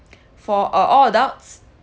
for uh all adults